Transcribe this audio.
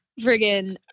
friggin